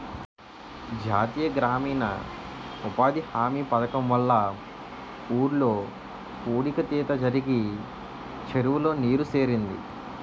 జాతీయ గ్రామీణ ఉపాధి హామీ పధకము వల్ల ఊర్లో పూడిక తీత జరిగి చెరువులో నీరు సేరింది